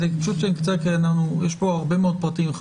יש כאן הרבה מאוד פרטים.